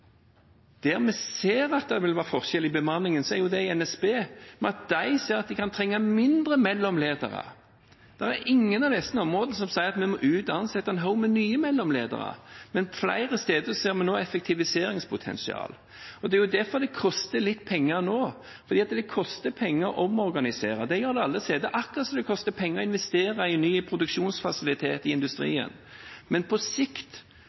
Der vi ser at det vil være forskjell i bemanningen, er i NSB, ved at de ser at de kan trenge færre mellomledere. Det er ingen av disse områdene der en sier at en må ut og ansette en haug med nye mellomledere, men flere steder ser vi nå effektiviseringspotensial. Det er derfor det koster litt penger nå, fordi det koster penger å omorganisere – det gjør det alle steder – akkurat som det koster penger å investere i ny produksjonsfasilitet i industrien, men på sikt,